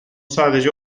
sadece